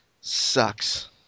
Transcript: sucks